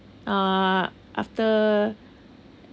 uh after